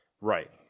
Right